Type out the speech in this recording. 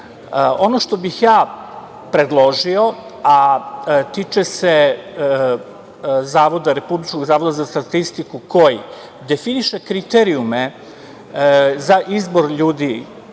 itd. Ono što bih predložio, a tiče se Republičkog zavoda za statistiku koji definiše kriterijume za izbor ljudi